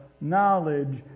knowledge